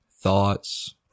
thoughts